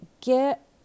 get